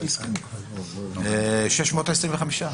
625,